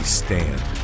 stand